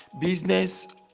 Business